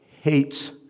hates